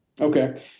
Okay